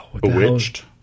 Bewitched